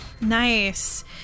Nice